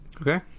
okay